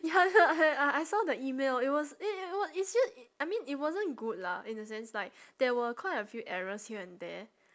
ya ya I I I saw the email it was it it's just i~ I mean it wasn't good lah in a sense like there were quite a few errors here and there